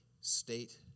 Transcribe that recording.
state